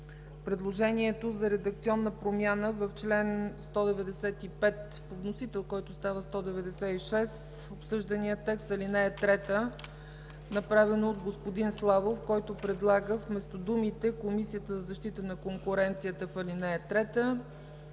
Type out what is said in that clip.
предложението за редакционна промяна в чл. 195 по вносител, който става чл. 196 от обсъждания текст – ал. 3, направена от господин Славов, който предлага вместо думите „Комисията за защита на конкуренцията” в ал. 3,